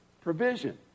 provision